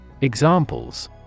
Examples